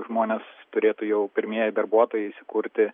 žmonės turėtų jau pirmieji darbuotojai įsikurti